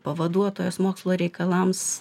pavaduotojos mokslo reikalams